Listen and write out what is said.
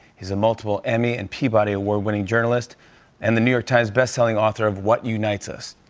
he's a multiple emmy and peabody award-winning journalist and the new york times best-selling author of what unites us.